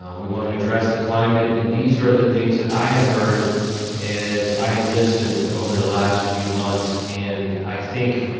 and we want to address the climate, and these are the things that i have heard as i have listened over the last few months, and i think.